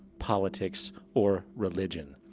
politics or religion.